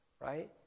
right